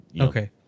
okay